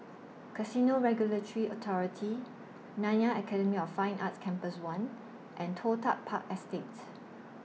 Casino Regulatory Authority Nanyang Academy of Fine Arts Campus one and Toh Tuck Park Estate